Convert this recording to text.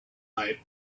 night